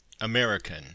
American